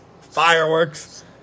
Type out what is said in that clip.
Fireworks